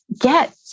get